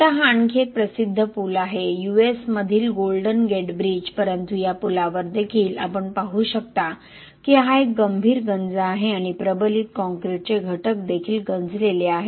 आता हा आणखी एक प्रसिद्ध पूल आहे यूएस मधील गोल्डन गेट ब्रिज परंतु या पुलावर देखील आपण पाहू शकता की हा एक गंभीर गंज आहे आणि प्रबलित काँक्रीटचे घटक देखील गंजलेले आहेत